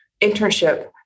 internship